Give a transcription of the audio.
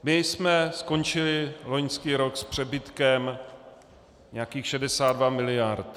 My jsme skončili loňský rok s přebytkem nějakých 62 miliard.